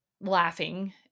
laughing